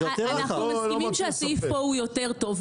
אנחנו מסכימים שהסעיף פה הוא יותר טוב,